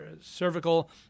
cervical